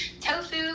tofu